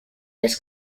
this